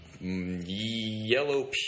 Yellow